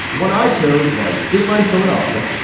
one i chose was dateline philadelphia,